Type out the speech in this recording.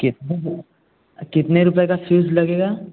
कितने कितने रुपये का फ्यूज़ लगेगा